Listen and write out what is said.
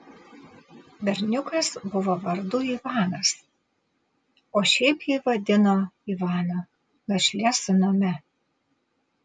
berniukas buvo vardu ivanas o šiaip jį vadino ivanu našlės sūnumi